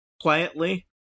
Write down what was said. quietly